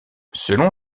selon